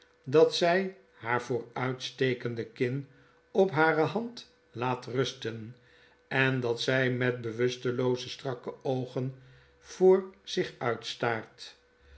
dat zij haar vooruitstekende kin op hare hand laat rusten en dat zij met bewustelooze strakke oogen voor zich uitstaart